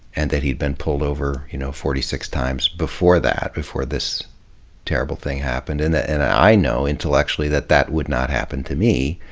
and that he had been pulled over you know forty six times before that, before this terrible thing happened. and and i know intellectually that that would not happen to me,